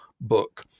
book